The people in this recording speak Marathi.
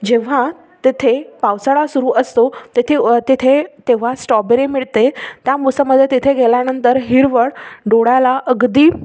जेव्हा तेथे पावसाळा सुरू असतो तेथे तिथे तेव्हा स्टॉबेरी मिळते त्या मोसममध्ये तेथे गेल्यानंतर हिरवळ डोळ्याला अगदी